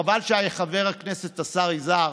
חבל שחבר הכנסת השר יזהר